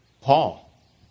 Paul